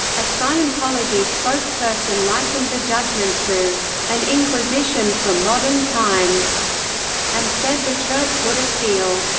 a scientology spokesperson likened the judgment to an inquisition for modern times and said the church would appeal.